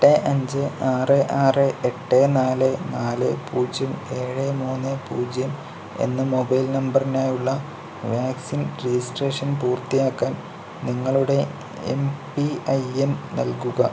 എട്ട് അഞ്ച് ആറ് ആറ് എട്ട് നാല് നാല് പൂജ്യം ഏഴ് മൂന്ന് പൂജ്യം എന്ന മൊബൈൽ നമ്പറിനായുള്ള വാക്സിൻ രജിസ്ട്രേഷൻ പൂർത്തിയാക്കാൻ നിങ്ങളുടെ എം പി ഐ എൻ നൽകുക